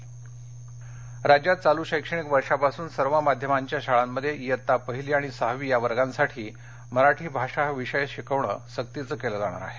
मराठी राज्यात चालू शैक्षणिक वर्षांपासून सर्व माध्यमांच्या शाळांमध्ये इयत्ता पहिली आणि सहावी या वर्गांसाठी मराठी भाषा हा विषय शिकविणं सक्तीचं केलं जाणार आहे